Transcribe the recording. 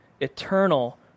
eternal